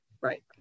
Right